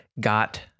got